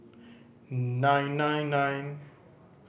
nine nine nine